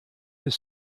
his